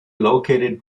located